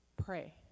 pray